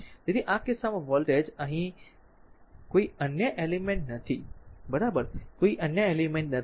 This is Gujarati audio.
તેથી આ કિસ્સામાં વોલ્ટેજ અહીં કોઈ અન્ય એલિમેન્ટ નથી બરાબર કોઈ અન્ય એલિમેન્ટ નથી